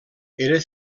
era